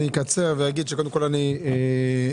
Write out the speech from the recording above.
אני אקצר ואגיד שקודם כל אני,